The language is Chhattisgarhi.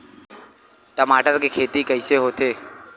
टमाटर के खेती कइसे होथे?